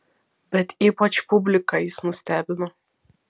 bet ypač publiką jis nustebino